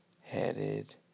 headed